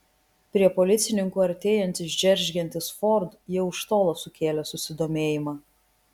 prie policininkų artėjantis džeržgiantis ford jau iš tolo sukėlė susidomėjimą